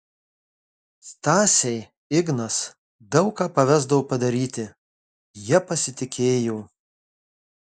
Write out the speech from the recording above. stasei ignas daug ką pavesdavo padaryti ja pasitikėjo